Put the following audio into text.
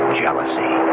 jealousy